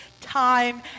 time